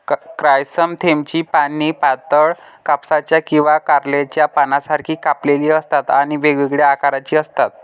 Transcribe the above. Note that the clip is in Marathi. क्रायसॅन्थेममची पाने पातळ, कापसाच्या किंवा कारल्याच्या पानांसारखी कापलेली असतात आणि वेगवेगळ्या आकाराची असतात